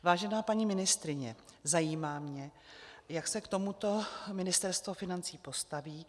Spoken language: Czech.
Vážená paní ministryně, zajímá mě, jak se k tomuto Ministerstvo financí postaví.